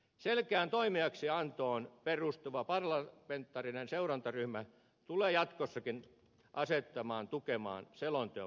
selkeään toimeksiantoon perustuva parlamentaarinen seurantaryhmä tulee jatkossakin asettaa tukemaan selonteon valmistelua